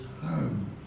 home